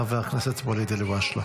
חבר הכנסת ואליד אלהואשלה.